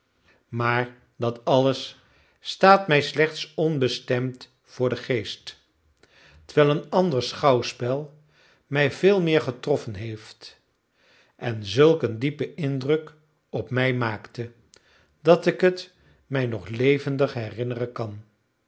maar dat alles staat mij slechts onbestemd voor den geest terwijl een ander schouwspel mij veel meer getroffen heeft en zulk een diepen indruk op mij maakte dat ik het mij nog levendig herinneren kan